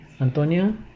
Antonia